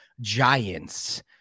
giants